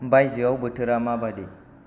बायजोयाव बोथोरा माबायदि